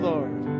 Lord